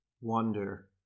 wonder